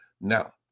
now